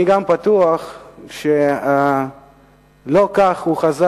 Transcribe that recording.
אני גם בטוח שלא כך הוא חזה